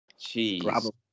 Jeez